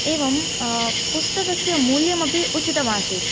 एवं पुस्तकस्य मूल्यमपि उचितम् आसीत्